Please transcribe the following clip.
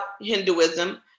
Hinduism